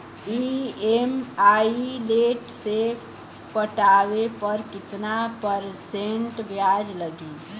EMI late से पटावे पर कितना परसेंट ब्याज लगी?